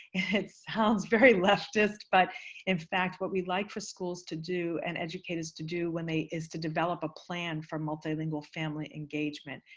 it sounds very leftist, but in fact, what we'd like for schools to do and educators to do when they is to develop a plan for multilingual family engagement,